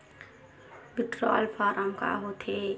Withdrawal form का होथे?